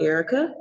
Erica